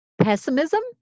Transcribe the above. pessimism